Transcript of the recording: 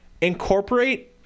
incorporate